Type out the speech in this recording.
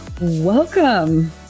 Welcome